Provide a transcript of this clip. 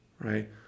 right